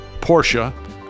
Porsche